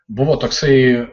buvo toksai